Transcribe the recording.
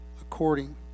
according